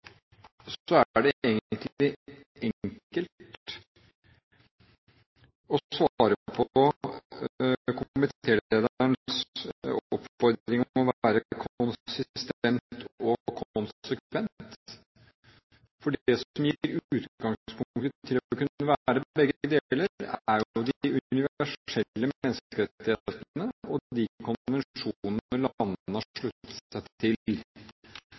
er det egentlig enkelt å svare på komitélederens oppfordring om å være «konsistent» og «konsekvent», for det som gir utgangspunktet for å kunne være begge deler, er jo de universelle menneskerettighetene og de konvensjonene landene har sluttet seg til.